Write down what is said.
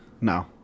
No